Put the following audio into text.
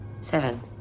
Seven